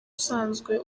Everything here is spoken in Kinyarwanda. usanzwe